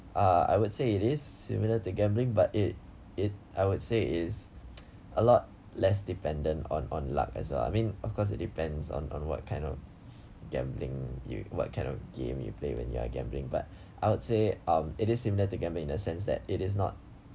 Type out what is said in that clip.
ah I would say it is similar to gambling but it it I would say it's a lot less dependent on on luck as a I mean of course it depend on on what kind of gambling you what kind of game you play when you are gambling but I would say um it is similar to gambling in the sense that it is not